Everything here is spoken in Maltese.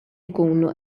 nkunu